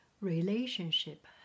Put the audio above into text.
Relationship